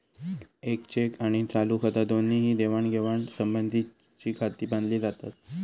येक चेक आणि चालू खाता दोन्ही ही देवाणघेवाण संबंधीचीखाती मानली जातत